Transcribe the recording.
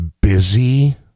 busy